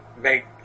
make